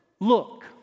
look